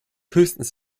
höchstens